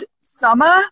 summer